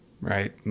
right